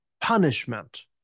punishment